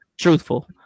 Truthful